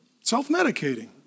self-medicating